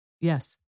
Yes